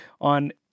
on